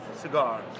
cigar